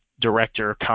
Director